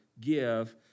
give